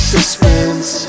Suspense